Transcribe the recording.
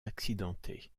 accidenté